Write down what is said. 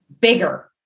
bigger